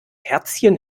herzchen